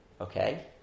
Okay